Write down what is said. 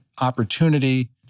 opportunity